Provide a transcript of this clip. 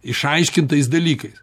išaiškintais dalykais